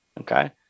Okay